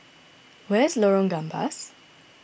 where is Lorong Gambas